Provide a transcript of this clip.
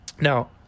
Now